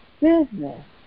business